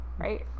right